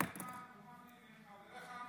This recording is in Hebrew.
על זה נאמר: תאמר לי מי חבריך,